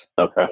okay